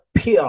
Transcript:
PR